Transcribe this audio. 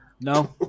no